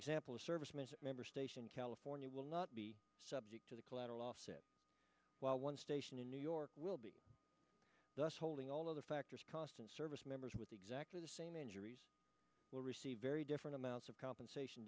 example a serviceman member station california will not be subject to the collateral offsets while one station in new york will be thus holding all of the factors cost and service members with exactly the same injuries will receive very different amounts of compensation